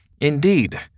Indeed